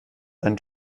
ein